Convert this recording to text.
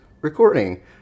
recording